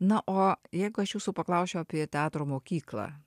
na o jeigu aš jūsų paklausčiau apie teatro mokyklą